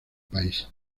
país